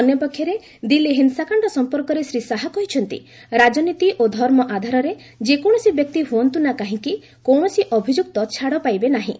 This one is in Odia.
ଅନ୍ୟପକ୍ଷରେ ଦିଲ୍ଲୀ ହିଂସାକାଶ୍ଡ ସମ୍ପର୍କରେ ଶ୍ରୀ ଶାହା କହିଛନ୍ତି ରାଜନୀତି ଓ ଧର୍ମ ଆଧାରରେ ଯେକୌଣସି ବ୍ୟକ୍ତି ହୁଅନ୍ତୁ ନା କାହିଁକି କୌଣସି ଅଭିଯୁକ୍ତ ଛାଡ଼ ପାଇବେ ନାହିଁ